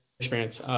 experience